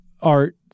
art